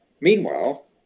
Meanwhile